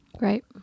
Right